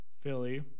Philly